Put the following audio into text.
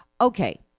Okay